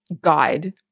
guide